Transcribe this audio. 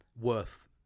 worth